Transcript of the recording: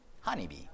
Honeybee